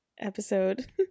episode